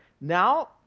Now